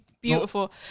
beautiful